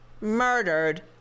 murdered